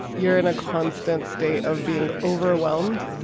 you're in a constant state of being overwhelmed